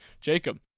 jacob